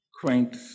quaint